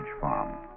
farm